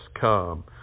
come